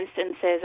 instances